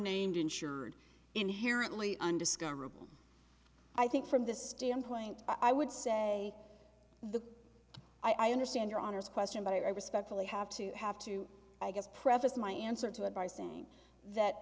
named insured inherently undiscoverable i think from this standpoint i would say the i understand your honour's question but i respectfully have to have to i guess preface my answer to it by saying that